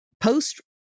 post